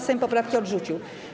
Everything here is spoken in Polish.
Sejm poprawki odrzucił.